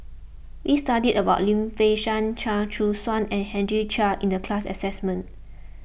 we studied about Lim Fei Shen Chia Choo Suan and Henry Chia in the class assignment